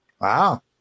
Wow